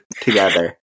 together